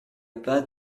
pas